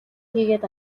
хийгээд